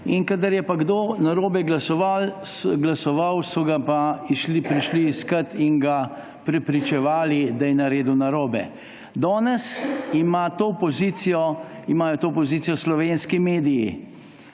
in kadar je kdo narobe glasoval, so ga pa prišli iskat in ga prepričevali, da je naredil narobe. Danes imajo to pozicijo slovenski mediji.